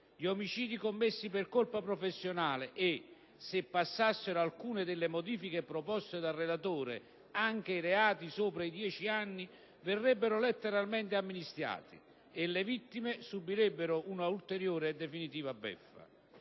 gli omicidi commessi per colpa professionale e, se passassero alcune delle modifiche proposte dal relatore, anche i reati sopra i dieci anni, verrebbero letteralmente amnistiati e le vittime subirebbero un'ulteriore e definitiva beffa.